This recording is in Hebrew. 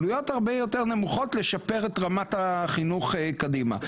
עלויות הרבה יותר נמוכות לשפר את רמת החינוך קדימה.